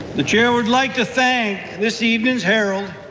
the chair would like to thank this evening's herald,